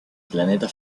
planeta